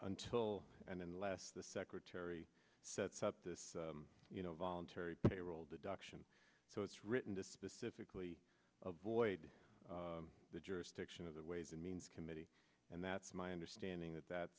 until and unless the secretary sets up this you know voluntary payroll deduction so it's written to specifically of void the jurisdiction of the ways and means committee and that's my understanding that that